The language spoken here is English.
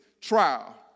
trial